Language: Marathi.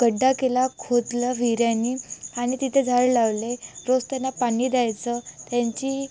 खड्डा केला खोदलं विळ्याने आणि तिथे झाड लावले रोज त्यांना पाणी द्यायचं त्यांची